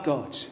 God